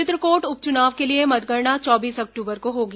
चित्रकोट उप चुनाव के लिए मतगणना चौबीस अक्टूबर को होगी